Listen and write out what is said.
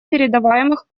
передаваемых